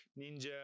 Ninja